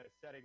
setting